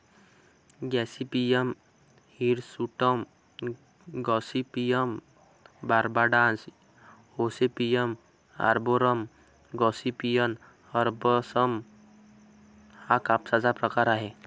Gossypium hirsutum, gossypium barbadense, gossypium arboreum, gossypium herbaceum हा कापसाचा प्रकार आहे